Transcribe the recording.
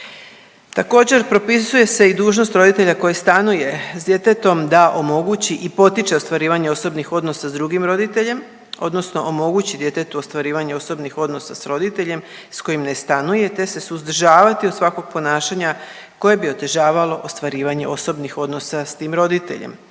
Također, propisuje se i dužnost roditelja koji stanuje sa djetetom da omogući i potiče ostvarivanje osobnih odnosa sa drugim roditeljem, odnosno omogući djetetu ostvarivanje osobnih odnosa sa roditeljem sa kojim ne stanuje te se suzdržavati od svakog ponašanja koje bi otežavalo ostvarivanje osobnih odnosa sa tim roditeljem